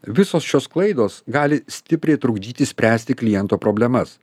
visos šios klaidos gali stipriai trukdyti spręsti kliento problemas